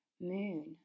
moon